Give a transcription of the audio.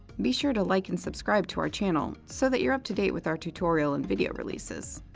be sure to like and subscribe to our channel so that you're up to date with our tutorial and video releases.